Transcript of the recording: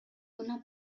una